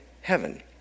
heaven